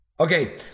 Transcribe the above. Okay